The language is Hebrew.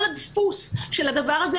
כל הדפוס של הדבר הזה,